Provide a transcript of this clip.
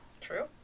True